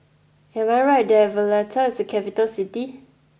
am I right that Valletta is a capital city